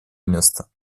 место